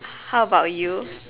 how about you